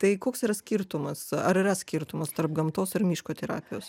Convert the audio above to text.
tai koks yra skirtumas ar yra skirtumas tarp gamtos ir miško terapijos